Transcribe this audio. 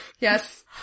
Yes